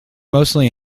mostly